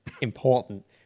important